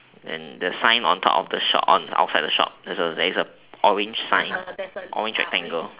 then the sign on top of the shop my one is outside the shop there's a there's a orange sign orange rectangle